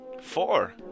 four